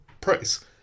price